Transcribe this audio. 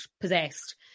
possessed